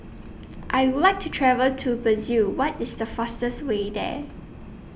I Would like to travel to Brazil What IS The fastest Way There